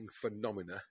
phenomena